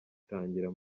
gitangira